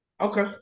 Okay